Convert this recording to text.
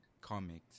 comics